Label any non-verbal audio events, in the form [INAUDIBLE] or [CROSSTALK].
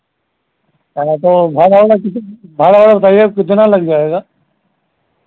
अरे तो भाड़ा ओड़ा [UNINTELLIGIBLE] भाड़ा ओड़ा बताइए कितना लग जाएगा